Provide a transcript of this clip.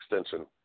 extension